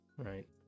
Right